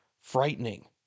frightening